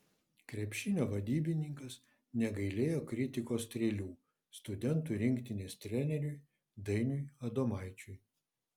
krepšinio vadybininkas negailėjo kritikos strėlių studentų rinktinės treneriui dainiui adomaičiui